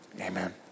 amen